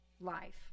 life